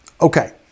Okay